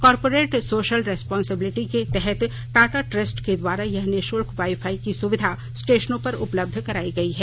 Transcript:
corporate social responsibility के तहत Tata trust के द्वारा यह निशुल्क वाई फाई की सुविधा स्टेशनों पर उपलब्ध कराई गई है